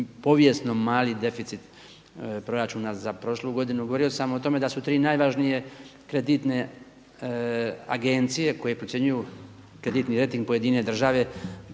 povijesno mali deficit za prošlu godinu. Govorio sam o tome da su tri najvažnije kreditne agencije koje procjenjuju kreditni rejting pojedine države